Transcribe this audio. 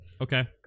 Okay